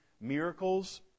miracles